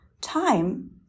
Time